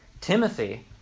Timothy